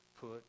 put